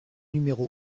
numéro